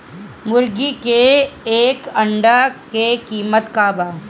मुर्गी के एक अंडा के कीमत का बा?